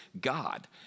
God